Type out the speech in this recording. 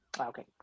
Okay